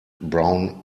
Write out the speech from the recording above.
brown